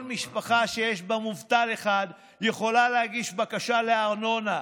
כל משפחה שיש בה מובטל אחד יכולה להגיש בקשה לארנונה.